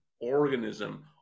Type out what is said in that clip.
organism